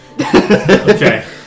Okay